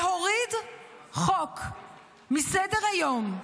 להוריד חוק מסדר-היום,